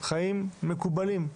לחיים מקובלים,